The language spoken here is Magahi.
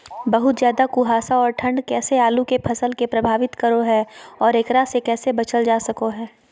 बहुत ज्यादा कुहासा और ठंड कैसे आलु के फसल के प्रभावित करो है और एकरा से कैसे बचल जा सको है?